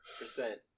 percent